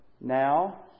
Now